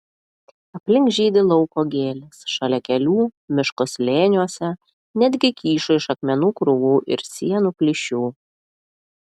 aplink žydi lauko gėlės šalia kelių miško slėniuose netgi kyšo iš akmenų krūvų ir sienų plyšių